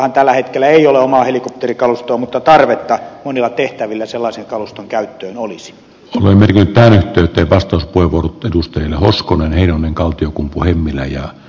poliisillahan tällä hetkellä ei ole omaa helikopterikalustoa mutta tarvetta monilla tehtävillä sellaisen kaluston käyttöön olisi olemme ylittäneet tyttö vastus kuivunut edustajien hoskonen reijonen kaltiokumpu nimillä ja